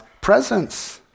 presence